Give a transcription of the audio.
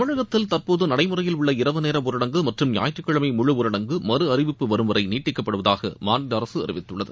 தமிழகத்தில் தற்போது நடைமுறையில் உள்ள இரவு நேர ஊடரங்கு மற்றும் ஞாயிற்றுக்கிழமை ஊரடங்கு மறு அறிவிப்பு வரும் வரை நீட்டிக்கப்படுவதாக மாநில முழு அரசு அறிவித்துள்ளது